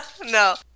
No